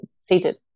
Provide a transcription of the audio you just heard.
seated